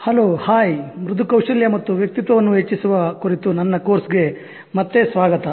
hello hi ಮೃದು ಕೌಶಲ್ಯ ಮತ್ತು ವ್ಯಕ್ತಿತ್ವ ವನ್ನು ಹೆಚ್ಚಿಸುವ ಕುರಿತ ನನ್ನ ಕೋರ್ಸ್ ಗೆ ಮತ್ತೆ ಸ್ವಾಗತ